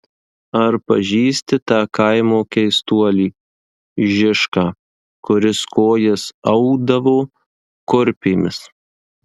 ar pažįsti tą kaimo keistuolį žišką kuris kojas audavo kurpėmis